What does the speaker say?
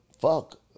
fuck